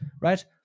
right